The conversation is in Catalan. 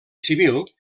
civil